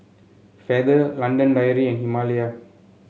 Feather London Dairy and Himalaya